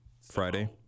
Friday